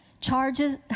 Charges